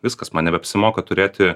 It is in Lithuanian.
viskas man nebeapsimoka turėti